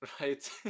Right